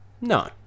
No